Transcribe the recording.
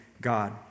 God